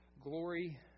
Glory